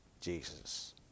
Jesus